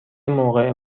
موقع